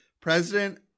president